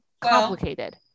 complicated